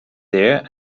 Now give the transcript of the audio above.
there